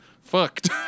fucked